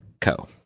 Co